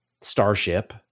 Starship